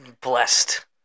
Blessed